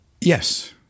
Yes